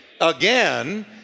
Again